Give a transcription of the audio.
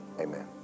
Amen